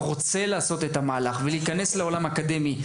רוצה לעשות את המהלך ולהיכנס לעולם האקדמי,